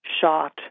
shot